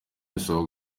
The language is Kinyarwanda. bisaba